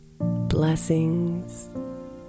Blessings